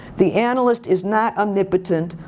the analyst is not omnipotent,